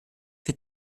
für